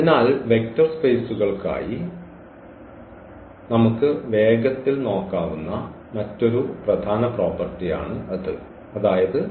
അതിനാൽ വെക്റ്റർ സ്പേസുകൾക്കായി നമുക്ക് വേഗത്തിൽ നോക്കാവുന്ന മറ്റൊരു പ്രധാന പ്രോപ്പർട്ടി ആണ് അത് അതായത്